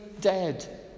dead